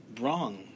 wrong